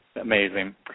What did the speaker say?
Amazing